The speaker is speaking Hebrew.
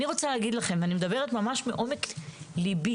אני מדברת ממש מעומק ליבי.